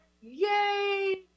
Yay